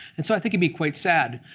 and so i think he'd be quite sad.